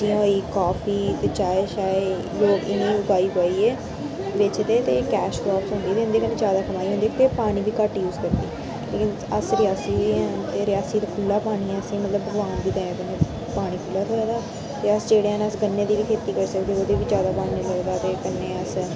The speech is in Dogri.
जियां होई काफी ते चाय शाय लोक इनें गी उगाई उगाइयै बेचदे ते एह् कैश क्राप्स होंदियां ते इंदे कन्नै ज्यादा कमाई होंदी ते पानी बी घट्ट यूज करदी लेकिन अस रियासी दे आं ते रियासी ते खुल्ला पानी ऐ मतलब असेंगी भगवान दी दया कन्नै पानी खुल्ला थ्होए दा ते अस जेहड़े ऐ अस गन्ने दी बी खेती करी सकदे ओह्दे बी ज्यादा पानी नी लगदा ते कन्नै अस